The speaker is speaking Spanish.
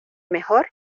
mejor